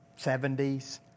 70s